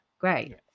great